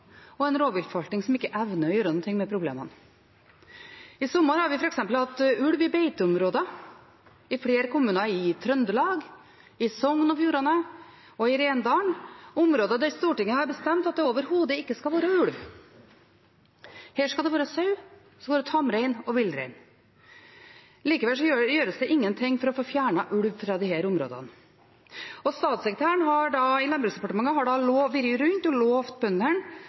og en rovviltforvaltning som ikke evner å gjøre noe med problemene. I sommer har vi f.eks. hatt ulv i beiteområder i flere kommuner i Trøndelag, i Sogn og Fjordane og i Rendalen, områder der Stortinget har bestemt at det overhodet ikke skal være ulv. Her skal det være sau, det skal være tamrein og villrein. Likevel gjøres det ingenting for å få fjernet ulv fra disse områdene. Statssekretæren i Landbruksdepartementet har vært rundt og lovet bøndene